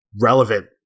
relevant